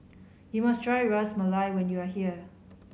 you must try Ras Malai when you are here